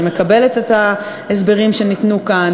אני מקבלת את ההסברים שניתנו כאן,